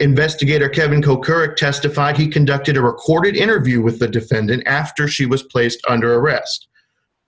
investigator kevin koe curry testified he conducted a recorded interview with the defendant after she was placed under arrest